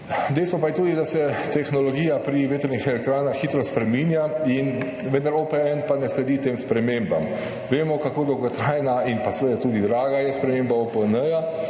pa je tudi, da se tehnologija pri vetrnih elektrarnah hitro spreminja, vendar OPN ne sledi tem spremembam. Vemo, kako dolgotrajna in pa seveda tudi draga je sprememba OPN